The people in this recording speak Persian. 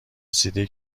رسیده